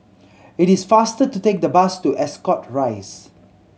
it is faster to take the bus to Ascot Rise